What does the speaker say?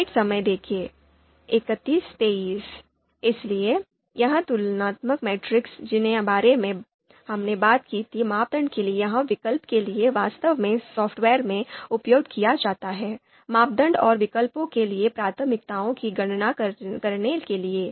इसलिए इन तुलनात्मक मेट्रिक्स जिनके बारे में हमने बात की थी कि मापदंड के लिए या विकल्प के लिए वास्तव में सॉफ्टवेयर में उपयोग किया जाता है मानदंडों और विकल्पों के लिए प्राथमिकताओं की गणना करने के लिए